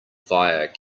fire